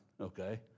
okay